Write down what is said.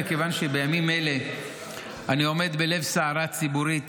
מכיוון שבימים אלה אני עומד בלב סערה ציבורית